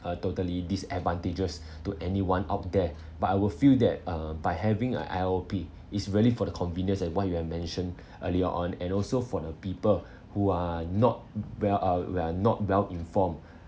uh totally disadvantageous to anyone out there but I will feel that um by having a I_L_P is really for the convenience and what you have mentioned earlier on and also for the people who are not well uh who are not well informed